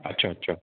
अच्छा अच्छा